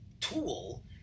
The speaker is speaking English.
tool